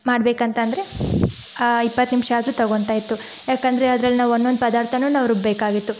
ಮಾಡಬೇಕಂತಂದ್ರೆ ಇಪ್ಪತ್ತು ನಿಮಿಷ ಆದರೂ ತಗೊತಾ ಇತ್ತು ಯಾಕಂದರೆ ಅದರಲ್ಲಿ ನಾವು ಒಂದೊಂದು ಪದಾರ್ಥನೂ ನಾವು ರುಬ್ಬಬೇಕಾಗಿತ್ತು